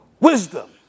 Wisdom